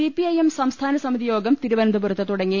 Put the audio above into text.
CPIM സംസ്ഥാനസമിതി യോഗം തിരുവനന്തപുരത്ത് തുടങ്ങി